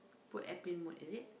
put airplane mode is it